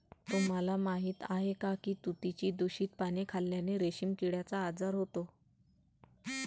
तुम्हाला माहीत आहे का की तुतीची दूषित पाने खाल्ल्याने रेशीम किड्याचा आजार होतो